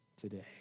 today